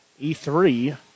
E3